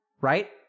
right